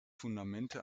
fundamente